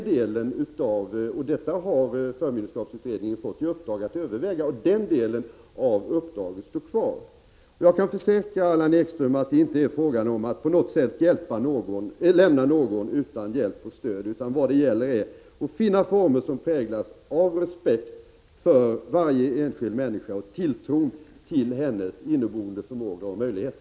Detta har förmynderskapsutredningen fått i uppdrag, och den delen av uppdraget står kvar. Jag kan försäkra Allan Ekström att det inte på något sätt är fråga om att lämna någon utan hjälp och stöd, utan vad det gäller är att finna former som präglas av respekt för varje enskild människa och tilltro till hennes inneboende förmåga och möjligheter.